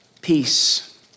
peace